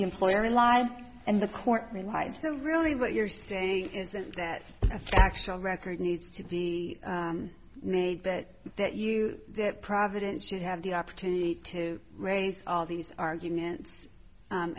employer in line and the courtly life so really what you're saying is that actual record needs to be made that that you that providence should have the opportunity to raise all these arguments